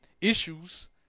issues